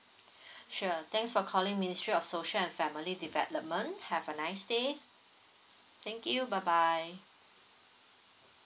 sure thanks for calling ministry of social and family development have a nice day thank you bye bye